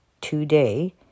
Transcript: today